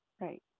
Right